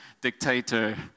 dictator